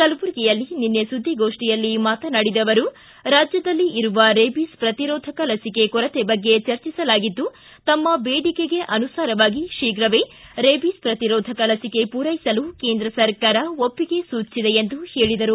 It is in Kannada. ಕಲಬುರಗಿಯಲ್ಲಿ ನಿನ್ನೆ ಸುದ್ದಿಗೋಷ್ಠಿಯಲ್ಲಿ ಮಾತನಾಡಿದ ಅವರು ರಾಜ್ಯದಲ್ಲಿ ಇರುವ ರೇಬಿಸ್ ಪ್ರತಿರೋಧಕ ಲಸಿಕೆ ಕೊರತೆ ಬಗ್ಗೆ ಚರ್ಚಿಸಲಾಗಿದ್ದು ತಮ್ಮ ಬೇಡಿಕೆಗೆ ಅನುಸಾರವಾಗಿ ಶೀಘವೇ ರೇಬಿಸ್ ಪ್ರತಿರೋಧಕ ಲಸಿಕೆ ಪೂರೈಸಲು ಕೇಂದ್ರ ಸರ್ಕಾರ ಒಪ್ಪಿಗೆ ಸೂಚಿಸಿದೆ ಎಂದು ಹೇಳಿದರು